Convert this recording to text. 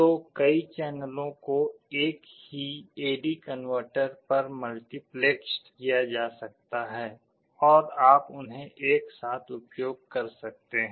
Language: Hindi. तो कई चैनलों को एक ही ए डी कनवर्टर पर मल्टीप्लेक्स्ड किया जा सकता है और आप उन्हें एक साथ उपयोग कर सकते हैं